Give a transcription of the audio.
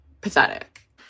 pathetic